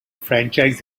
franchise